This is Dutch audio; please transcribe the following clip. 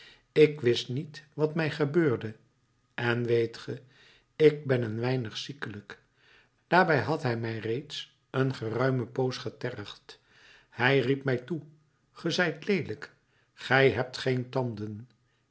ik wist niet wat mij gebeurde en weet ge ik ben een weinig ziekelijk daarbij had hij mij reeds een geruime poos getergd hij riep mij toe ge zijt leelijk gij hebt geen tanden